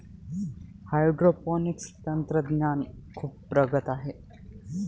hydroponics तंत्रज्ञान खूप प्रगत आहे